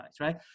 right